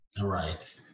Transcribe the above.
Right